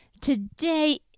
today